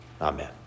amen